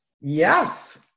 Yes